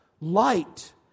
Light